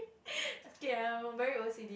okay I'm very O C